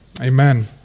Amen